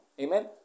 Amen